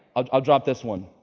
ah i'll drop this one,